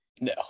no